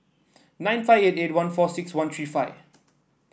nine five eight eight one four six one three five